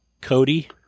Cody